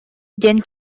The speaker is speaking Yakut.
диэн